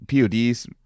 pod's